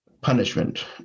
punishment